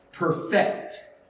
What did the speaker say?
perfect